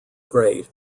great